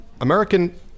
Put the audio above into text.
American